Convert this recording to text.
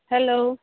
hello